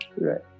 Right